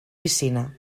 piscina